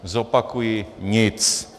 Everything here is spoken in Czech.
Zopakuji: nic!